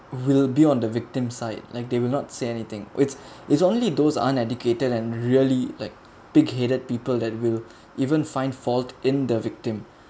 will be on the victim's side like they will not say anything it's it's only those uneducated and really like pig headed people that will even find fault in the victim